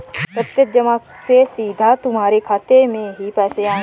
प्रत्यक्ष जमा से सीधा तुम्हारे खाते में ही पैसे आएंगे